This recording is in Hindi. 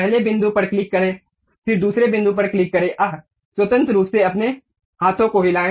पहले बिंदु पर क्लिक करें फिर दूसरे बिंदु पर क्लिक करें आह स्वतंत्र रूप से अपने हाथों को हिलाये